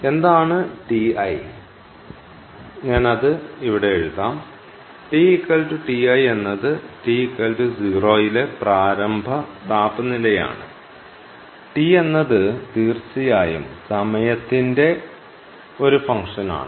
എന്താണ് Ti അതിനാൽ ഞാൻ അത് ഇവിടെ എഴുതാം TTi എന്നത് τ0 യിലെ പ്രാരംഭ താപനിലയാണ് T എന്നത് തീർച്ചയായും സമയത്തിന്റെ ഒരു ഫംഗ്ഷനാണ്